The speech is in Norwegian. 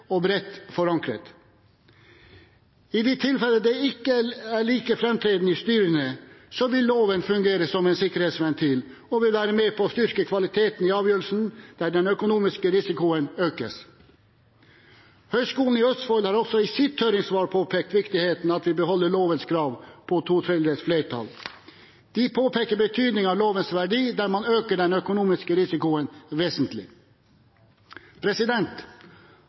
og bredt forankret. I de tilfeller dette ikke er like framtredende i styrene, så vil loven fungere som en sikkerhetsventil og vil være med på å styrke kvaliteten i avgjørelsen der den økonomiske risikoen økes. Høgskolen i Østfold har også i sitt høringssvar påpekt viktigheten av at vi beholder lovens krav om to tredjedels flertall. De påpeker betydningen av lovens verdi der man øker den økonomiske risikoen vesentlig.